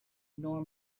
nor